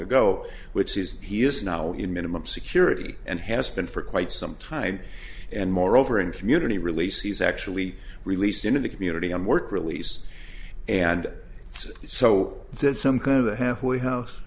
ago which is he is now in minimum security and has been for quite some time and moreover in community release he's actually released into the community on work release and so did some kind of a halfway house